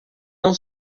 não